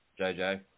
JJ